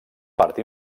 part